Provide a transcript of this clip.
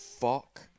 fuck